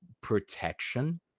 protection